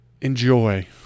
enjoy